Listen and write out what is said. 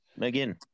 again